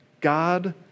God